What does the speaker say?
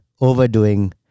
overdoing